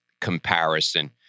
comparison